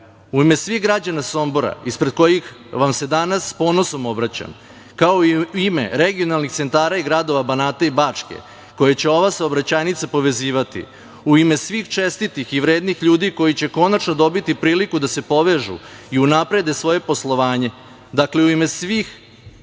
ime svih građana Sombora, ispred kojih vam se danas s ponosom obraćam, kao i u ime regionalnih centara i gradova Banata i Bačke koje će ova saobraćajnica povezivati, u ime svih čestitih i vrednih ljudi koji će konačno dobiti priliku da se povežu i unaprede svoje poslovanje, dakle, u ime svih